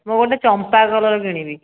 ମୁଁ ଗୋଟେ ଚମ୍ପା କଲର୍ କିଣିବି